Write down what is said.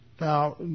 Now